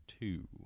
two